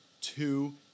two